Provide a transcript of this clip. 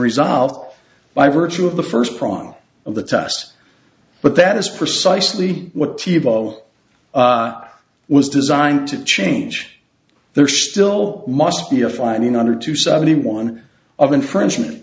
resolved by virtue of the first prong of the test but that is precisely what tivo was designed to change their still must be a finding under two seventy one of infringement